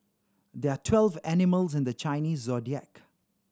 there are twelve animals in the Chinese Zodiac